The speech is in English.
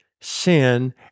sin